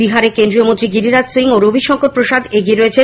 বিহারে কেন্দ্রীয় মন্ত্রী গিরিরাজ সিং ও রবিশঙ্কর প্রসাদ এগিয়ে আছেন